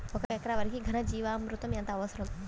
ఒక ఎకరా వరికి ఘన జీవామృతం ఎంత అవసరం?